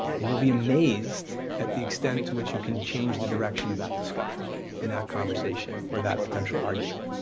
and you'll be amazed at the extent to which you can change the direction of that discussion and that conversation or that potential argument.